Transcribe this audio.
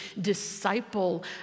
disciple